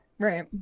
Right